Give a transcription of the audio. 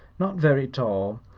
not very tall,